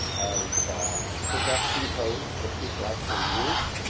of production code that people actually use.